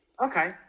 okay